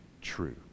True